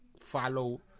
follow